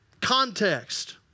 Context